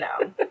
no